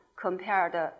compared